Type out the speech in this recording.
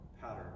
pattern